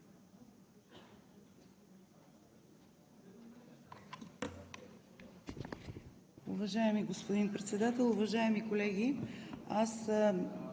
Уважаеми господин Председател, уважаеми колеги